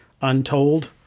untold